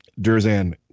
Durzan